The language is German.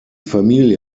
familie